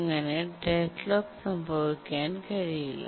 അങ്ങനെ ഡെഡ്ലോക്ക് സംഭവിക്കാൻ കഴിയില്ല